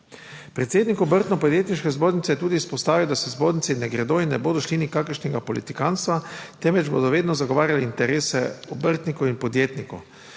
Predsednik Obrtno podjetniške zbornice je tudi izpostavil, da se v zbornici ne gredo in ne bodo šli nikakršnega politikantstva, temveč bodo vedno zagovarjali interese obrtnikov in podjetnikov.